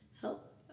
help